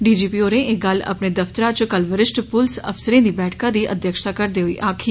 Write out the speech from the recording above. DGP होरें एह् गल्ल अपने दफतरा च कल वरिष्ठ पुलस अफसरें दी बैठका दी अघ्यक्षता करदे होई आक्खी